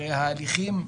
הרי ההליכים,